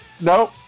No